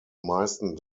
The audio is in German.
meisten